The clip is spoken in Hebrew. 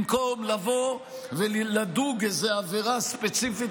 במקום לבוא ולדוג איזה עבירה ספציפית